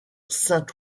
saint